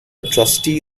trustee